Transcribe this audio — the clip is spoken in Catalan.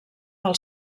del